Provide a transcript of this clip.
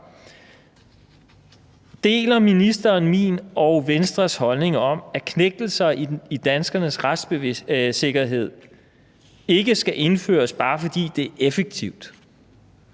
Deler ministeren min og Venstres holdning om, at knægtelser af danskernes retssikkerhed ikke skal indføres, bare fordi det er effektivt?